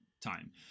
time